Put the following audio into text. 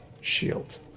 shield